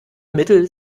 mittel